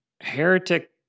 heretic